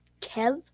Kev